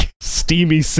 Steamy